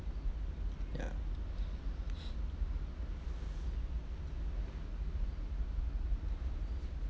ya